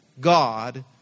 God